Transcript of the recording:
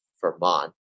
Vermont